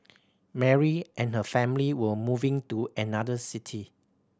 Mary and her family were moving to another city